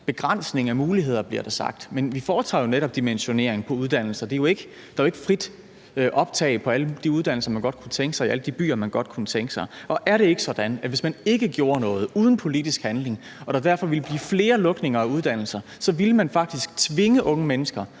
begrænsning af muligheder, bliver der sagt. Men vi foretager jo netop dimensionering på uddannelserne; der er jo ikke frit optag på alle de uddannelser, som man godt kunne tænke sig, i alle de byer, som man godt kunne tænke sig. Og er det ikke sådan, at hvis man ikke gjorde noget, altså at det var uden politisk handling, og der derfor ville blive flere lukninger af uddannelser, så ville man faktisk tvinge unge mennesker